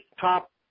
top